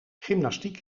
gymnastiek